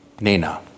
Nina